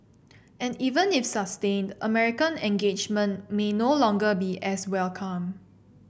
and even if sustained American engagement may no longer be as welcome